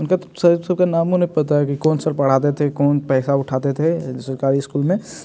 उनका तो सर सबका नामों नहीं पता है अभी कौन सर पढ़ाते थे कौन पैसा उठाते थे सरकारी इस्कूल में